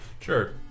Sure